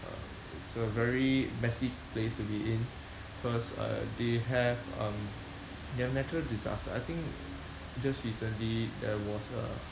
uh it's a very messy place to be in cause uh they have um they have natural disaster I think just recently there was a